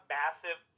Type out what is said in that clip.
massive